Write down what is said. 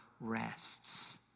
rests